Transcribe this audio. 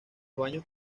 baños